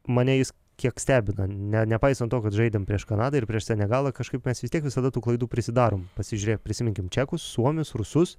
mane jis kiek stebina ne nepaisant to kad žaidėm prieš kanadą ir prieš senegalą kažkaip mes vis tiek visada tų klaidų prisidarom pasižiūrėję prisiminkim čekus suomius rusus